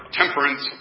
temperance